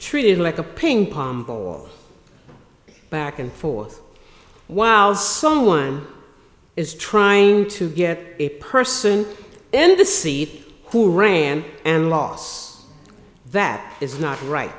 treated like a ping pong ball back and forth while someone is trying to get a person in the seat who ran and loss that is not right